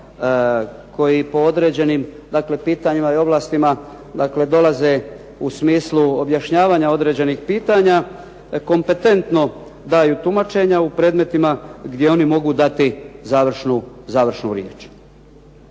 koji po određenim pitanjima i ovlastima dolaze u smislu objašnjavanja određenih pitanja kompetentno daju tumačenja u predmetima gdje oni mogu dati završnu riječ,